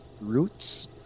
roots